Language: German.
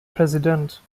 präsident